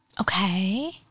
Okay